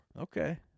Okay